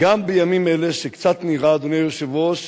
גם בימים אלה, שקצת נראה, אדוני היושב-ראש,